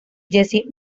jesse